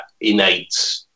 innate